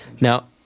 now